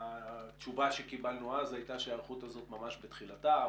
התשובה שקיבלנו אז הייתה שההיערכות הזו ממש בתחילתה,